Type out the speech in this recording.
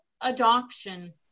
adoption